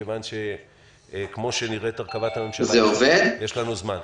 מכיוון שכמו שנראית הרכבת הממשלה יש לנו זמן,